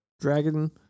Dragon